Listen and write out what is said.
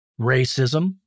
racism